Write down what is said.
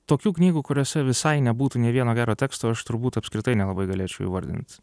tokių knygų kuriose visai nebūtų nė vieno gero teksto aš turbūt apskritai nelabai galėčiau įvardint